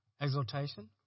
exaltation